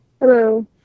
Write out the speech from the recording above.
Hello